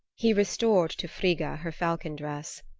he restored to frigga her falcon dress.